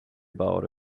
about